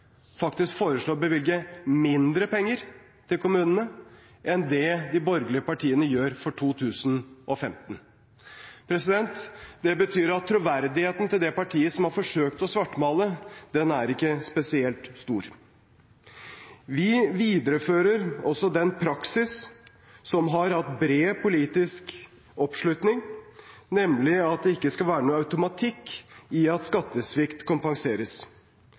faktisk foreslår å bevilge mindre penger til kommunene enn det de borgerlige partiene gjør for 2015. Det betyr at troverdigheten til det partiet som har forsøkt å svartmale, ikke er spesielt stor. Vi viderefører også den praksis som har hatt bred politisk oppslutning, nemlig at det ikke skal være noen automatikk i at skattesvikt kompenseres,